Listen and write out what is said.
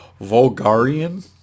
vulgarian